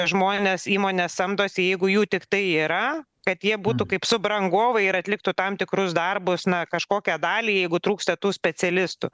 žmones įmonės samdosi jeigu jų tiktai yra kad jie būtų kaip subrangovai ir atliktų tam tikrus darbus na kažkokią dalį jeigu trūksta tų specialistų